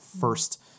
first